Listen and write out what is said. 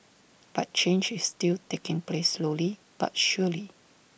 but change is still taking place slowly but surely